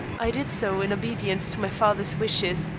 i did so in obedience to my father's wishes,